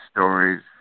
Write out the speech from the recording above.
stories